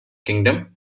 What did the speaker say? kingdom